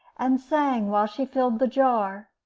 and sang while she filled the jar.